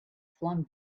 flung